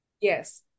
Yes